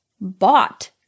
bought